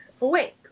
awake